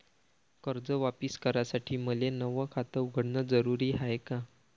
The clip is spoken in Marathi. कर्ज वापिस करासाठी मले नव खात उघडन जरुरी हाय का?